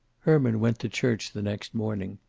herman went to church the next morning.